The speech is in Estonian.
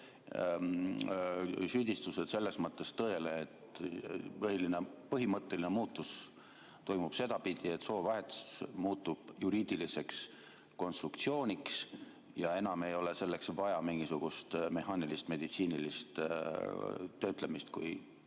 vastavad selles mõttes tõele, et põhimõtteline muutus toimub sedapidi, et soovahetus muutub juriidiliseks konstruktsiooniks ja enam ei ole selleks vaja mingisugust mehaanilist meditsiinilist töötlemist, kui